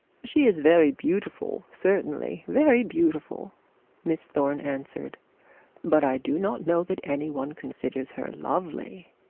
she is very beautiful certainly, very beautiful miss thorne answered but i do not know that any one considers her lovely.